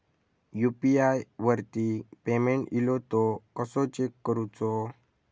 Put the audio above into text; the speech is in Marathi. यू.पी.आय वरती पेमेंट इलो तो कसो चेक करुचो?